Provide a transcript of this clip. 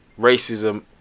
racism